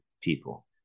people